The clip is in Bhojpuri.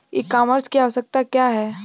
ई कॉमर्स की आवशयक्ता क्या है?